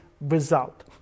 result